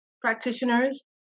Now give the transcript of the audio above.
practitioners